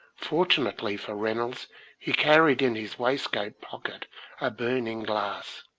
fortu nately for reynolds he carried in his waistcoat pocket a burning-glass,